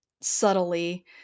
subtly